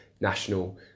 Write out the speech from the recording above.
national